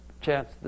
chance